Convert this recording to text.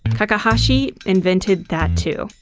kakehashi invented that too.